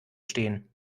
stehen